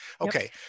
Okay